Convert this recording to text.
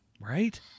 Right